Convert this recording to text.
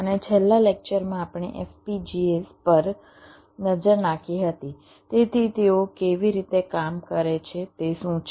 અને છેલ્લા લેક્ચર માં આપણે FPGAs પર નજર નાખી હતી તેથી તેઓ કેવી રીતે કામ કરે છે તે શું છે